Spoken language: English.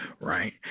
right